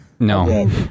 No